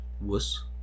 Wuss